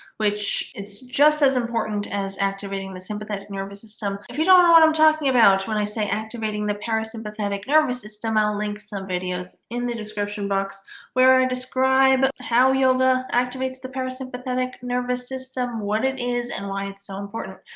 which it's just as important as activating the sympathetic nervous system if you don't know what i'm talking about when i say activating the parasympathetic nervous system i'll link some videos in the description box where i describe how yoga activates the parasympathetic nervous system what it is and why it's so important.